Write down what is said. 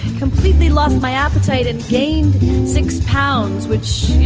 completely lost my appetite and gained six pounds, which,